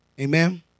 Amen